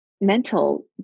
mental